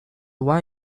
one